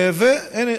והינה,